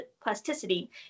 plasticity